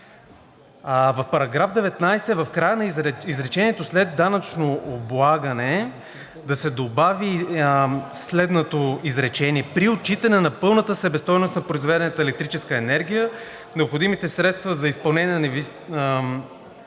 В § 19 в края на изречението след данъчно облагане да се добави следното изречение: „при отчитане на пълната себестойност на произведената електрическа енергия, необходимите средства за изпълнение на